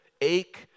ache